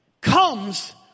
comes